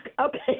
Okay